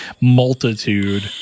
multitude